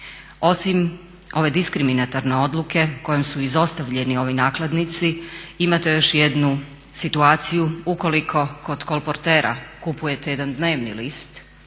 Osim ove diskriminatorne odluke kojom su izostavljeni ovi nakladnici imate još jednu situaciju ukoliko kod kolportera kupujete jedna dnevni list